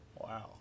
Wow